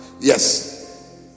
Yes